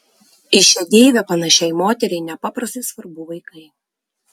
į šią deivę panašiai moteriai nepaprastai svarbu vaikai